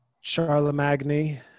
Charlemagne